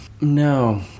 no